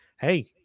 hey